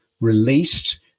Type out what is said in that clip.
released